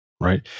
right